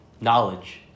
knowledge